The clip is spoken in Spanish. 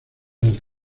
del